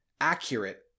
accurate